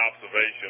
observation